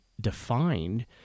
defined